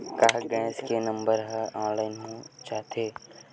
का गैस के नंबर ह ऑनलाइन हो जाथे?